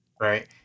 right